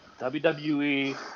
WWE